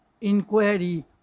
inquiry